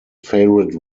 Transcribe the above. favorite